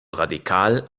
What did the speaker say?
radikal